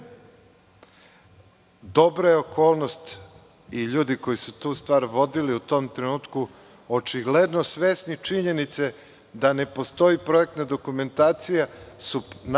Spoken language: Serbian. dana. Dobra je okolnost i ljudi koji su tu stvar vodili u tom trenutku, očigledno svesni činjenice da ne postoji projektna dokumentacija, su napravili